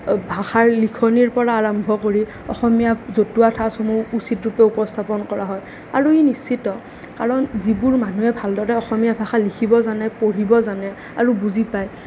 ভাষাৰ লিখনিৰ পৰা আৰম্ভ কৰি অসমীয়া জতুৱা ঠাঁচসমূহ উচিত ৰূপে উপস্থাপন কৰা হয় আৰু ই নিশ্চিত কাৰণ যিবোৰ মানুহে ভালদৰে অসমীয়া ভাষা লিখিব জানে পঢ়িব জানে আৰু বুজি পায়